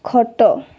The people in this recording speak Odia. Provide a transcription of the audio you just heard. ଖଟ